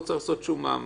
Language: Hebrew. לא צריך לעשות שום מאמץ.